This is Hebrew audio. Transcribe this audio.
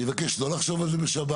אני מבקש לא לחשוב על זה בשבת,